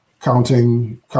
counting